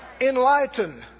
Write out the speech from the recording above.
Enlighten